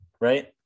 right